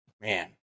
Man